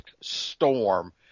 storm